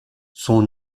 son